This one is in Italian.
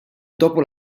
dopo